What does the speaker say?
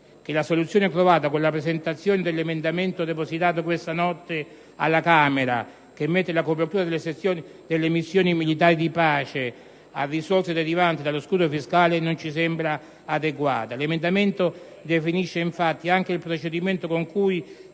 che la soluzione trovata con la presentazione dell'emendamento depositato questa notte alla Camera, che rimette la copertura delle missioni militari di pace a risorse derivanti dallo scudo fiscale, non ci sembra adeguata. L'emendamento definisce infatti anche il procedimento con cui